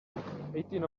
eighteen